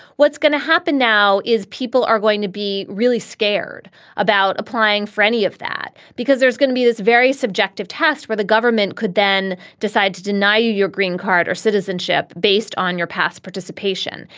what's going to happen now is people are going to be really scared about applying for any of that because there's going to be this very subjective test where the government could then decide to deny you your green card or citizenship based on your past participation.